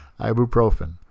ibuprofen